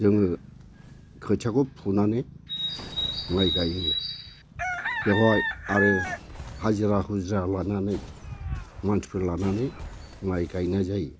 जोङो खोथियाखौ फुनानै माइ गायहैयो बेवहाय आरो हाजिरा हुजिरा लानानै मानसिफोर लानानै माइ गायनाय जायो